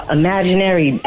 imaginary